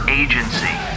agency